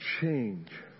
change